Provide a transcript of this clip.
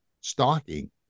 stalking